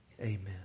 Amen